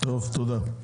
תודה.